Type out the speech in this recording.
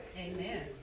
Amen